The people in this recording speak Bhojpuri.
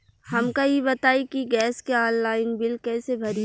हमका ई बताई कि गैस के ऑनलाइन बिल कइसे भरी?